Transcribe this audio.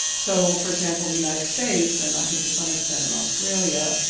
so for example in the united states, and i think to some extent in australia,